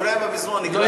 אולי הם במזנון, נקרא להם.